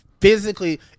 physically